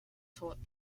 taught